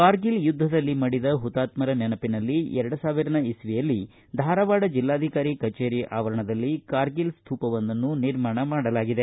ಕಾರ್ಗಿಲ್ ಯುದ್ಧದಲ್ಲಿ ಮಡಿದ ಪುತಾತ್ಮರ ನೆನಪಿನಲ್ಲಿ ಧಾರವಾಡ ಜಿಲ್ಲಾಧಿಕಾರಿ ಕಚೇರಿ ಆವರಣದಲ್ಲಿ ಕಾರ್ಗಿಲ್ ಸ್ತೂಪವೊಂದನ್ನು ನಿರ್ಮಾಣ ಮಾಡಲಾಗಿದೆ